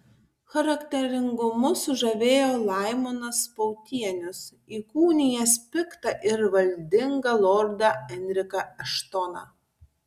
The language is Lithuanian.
charakteringumu sužavėjo laimonas pautienius įkūnijęs piktą ir valdingą lordą enriką eštoną